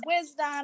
wisdom